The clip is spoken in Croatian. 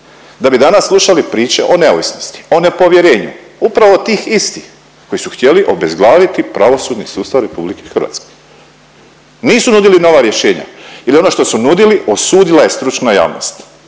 da bi danas slušali priče o neovisnosti, o nepovjerenju upravo tih istih koji su htjeli obezglaviti pravosudni sustav RH. Nisu nudili nova rješenja ili ono što su nudili osudila je stručna javnost